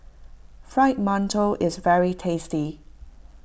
Fried Mantou is very tasty